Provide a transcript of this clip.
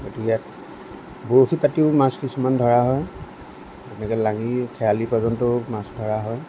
এইটো ইয়াত বৰশী পাতিও মাছ কিছুমান ধৰা হয় এনেকৈ লাঙি শেৱালি পৰ্যন্তও মাছ ধৰা হয়